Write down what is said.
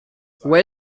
where